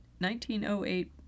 1908